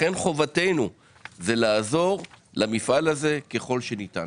לכן חובתנו זה לעזור למפעל הזה ככל שניתן.